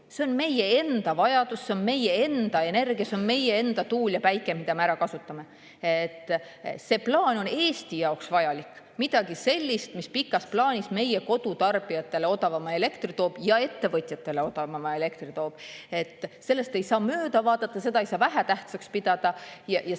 See on meie enda vajadus, see on meie enda energia, see on meie enda tuul ja päike, mida me ära kasutame. See plaan on Eesti jaoks vajalik, midagi sellist, mis pikas plaanis meie kodutarbijatele ja ettevõtjatele odavama elektri toob. Sellest ei saa mööda vaadata, seda ei saa vähetähtsaks pidada. Kahtlemata tuleb silma